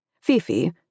Fifi